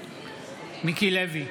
מיקי לוי,